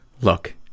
Look